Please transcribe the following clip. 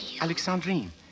Alexandrine